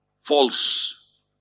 false